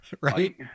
Right